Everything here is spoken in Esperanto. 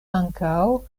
ankaŭ